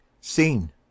SCENE